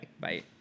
bye